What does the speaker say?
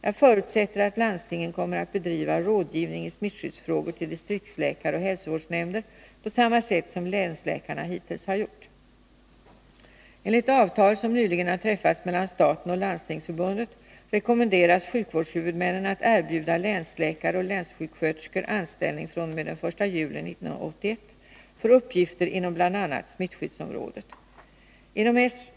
Jag förutsätter att landstingen kommer att bedriva rådgivningen i smittskyddsfrågor till distriktsläkare och hälsovårdsnämnder på samma sätt som länsläkarna hittills har gjort. Enligt avtal som nyligen har träffats mellan staten och Landstingsförbundet rekommenderas sjukvårdshuvudmännen att erbjuda länsläkare och länssjuksköterskor anställning fr.o.m. den 1 juli 1981 för uppgifter inom bl.a. smittskyddsområdet.